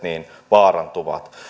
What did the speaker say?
vaarantuvat